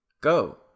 Go